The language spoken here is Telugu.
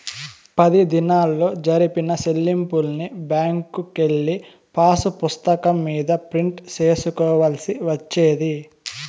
పది దినాల్లో జరిపిన సెల్లింపుల్ని బ్యాంకుకెళ్ళి పాసుపుస్తకం మీద ప్రింట్ సేసుకోవాల్సి వచ్చేది